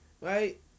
right